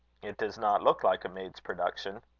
it does not look like a maid's production.